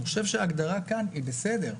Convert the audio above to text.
אני חושב שההגדרה כאן היא בסדר,